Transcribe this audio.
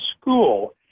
school